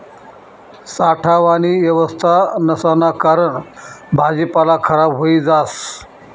साठावानी येवस्था नसाना कारण भाजीपाला खराब व्हयी जास